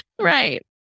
Right